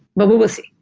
but we will see.